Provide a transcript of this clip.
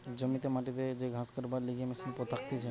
জমিতে মাটিতে যে ঘাস কাটবার লিগে মেশিন থাকতিছে